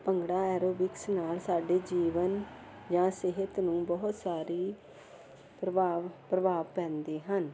bhangra aerobics ਨਾਲ ਸਾਡੇ ਜੀਵਨ ਜਾਂ ਸਿਹਤ ਨੂੰ ਬਹੁਤ ਸਾਰੀ ਪ੍ਰਭਾਵ ਪ੍ਰਭਾਵ ਪੈਂਦੇ ਹਨ